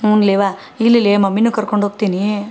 ಹ್ಞೂ ಲೇ ಯವ್ವ ಇಲ್ಲಲೇ ಮಮ್ಮಿನೂ ಕರ್ಕೊಂಡು ಹೋಗ್ತಿನೀ